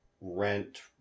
rent